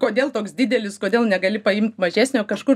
kodėl toks didelis kodėl negali paimt mažesnio kažkur